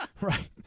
Right